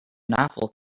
novel